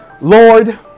Lord